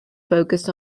focused